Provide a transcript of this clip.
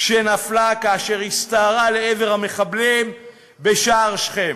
שנפלה כאשר הסתערה לעבר המחבלים בשער שכם.